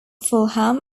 fulham